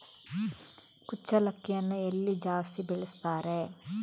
ಕುಚ್ಚಲಕ್ಕಿಯನ್ನು ಎಲ್ಲಿ ಜಾಸ್ತಿ ಬೆಳೆಸ್ತಾರೆ?